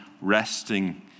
resting